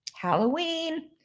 Halloween